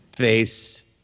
Face